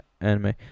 anime